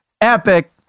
epic